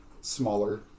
smaller